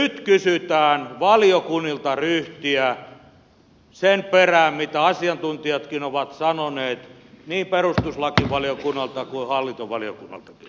nyt kysytään valiokunnilta ryhtiä sen perään mitä asiantuntijatkin ovat sanoneet niin perustuslakivaliokunnalta kuin hallintovaliokunnaltakin